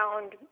found